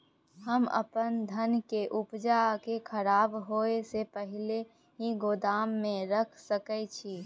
हम अपन धान के उपजा के खराब होय से पहिले ही गोदाम में रख सके छी?